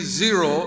zero